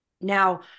Now